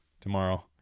tomorrow